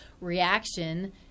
reaction